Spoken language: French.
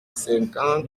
cinquante